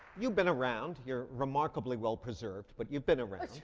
you've been around. you're remarkably well preserved, but you've been around.